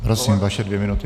Prosím, vaše dvě minuty.